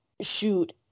shoot